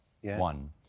one